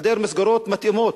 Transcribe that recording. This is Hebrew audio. היעדר מסגרות מתאימות,